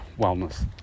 wellness